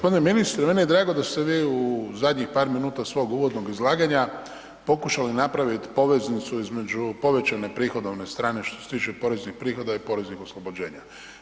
Gospodine ministre, meni je drago da ste vi u zadnjih par minuta svog uvodnog izlaganja pokušali napraviti poveznicu između povećane prihodovne strane što se tiče poreznih prihoda i poreznih oslobođenja.